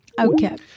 Okay